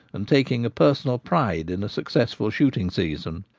and taking a personal pride in a successful shooting season.